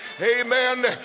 amen